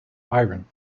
iron